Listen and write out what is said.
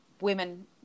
women